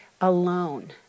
alone